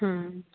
ਹਾਂ